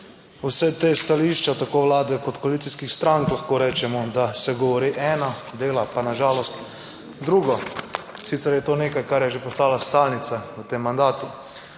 vse te stališča tako Vlade kot koalicijskih strank, lahko rečemo, da se govori eno, dela pa na žalost, drugo. Sicer je to nekaj, kar je že postala stalnica v tem mandatu.